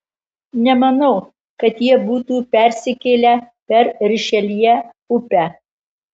nemanau kad jie būtų persikėlę per rišeljė upę